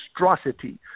monstrosity